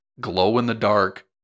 glow-in-the-dark